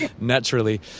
naturally